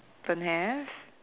don't have